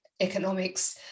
economics